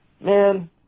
man